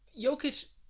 Jokic